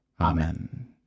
amen